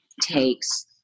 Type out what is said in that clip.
takes